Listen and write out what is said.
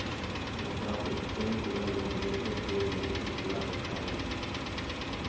stock exchange सुबह नो बजे से तीन बजे तक खुला होता है